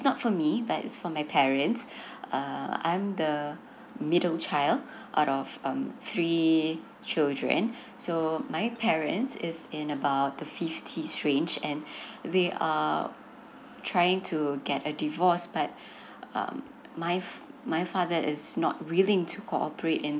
not for me but it's for my parents uh I'm the middle child out of um three children so my parents is in about the fifty's range and they are trying to get a divorce but um my my father is not willing to cooperate and